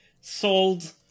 Sold